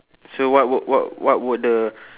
so what would what what would the